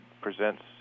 presents